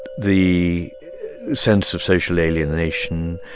the sense of social alienation.